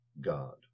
God